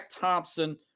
Thompson